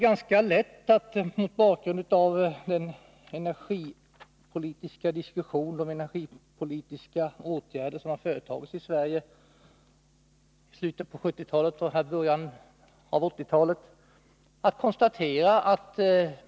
Mot bakgrund av den energipolitiska diskussionen och de energipolitiska åtgärder som har företagits i Sverige i slutet av 1970-talet och början av 1980-talet är det ganska lätt att finna svaret.